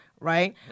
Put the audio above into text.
Right